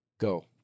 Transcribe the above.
Go